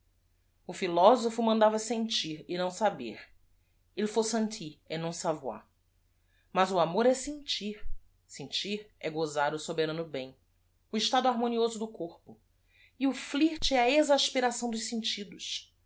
philosopho mandava sentir e não saber il faut sentir et non savoir as o amoi é sentir sentir é gosar o soberano bem o estado harmonioso do corpo e o üirt é a exasperação dos sentidos